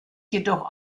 jedoch